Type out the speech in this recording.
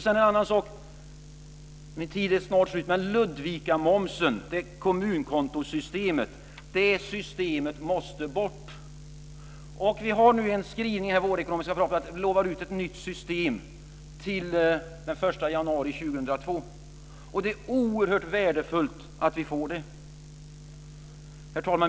En annan sak är Ludvikamomsen, kommunkontosystemet. Det systemet måste bort. Vi har nu en skrivning i den ekonomiska vårpropositionen där vi lovar ett nytt system till den 1 januari 2002. Det är oerhört värdefullt att vi får det.